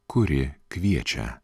kuri kviečia